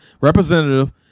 representative